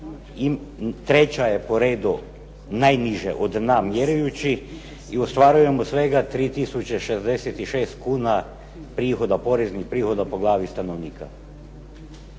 treća je po redu najniže od dna mjereći i ostvarujemo svega 3066 kuna prihoda, poreznih prihoda po glavi stanovnika.